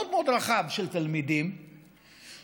אינטגרלי וחשוב ממה שמגיע לתלמיד ולתלמידה.